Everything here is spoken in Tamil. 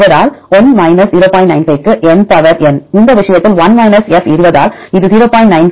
95 க்கு N பவர் N இந்த விஷயத்தில் 1 மைனஸ் F 20 ஆல் இது 0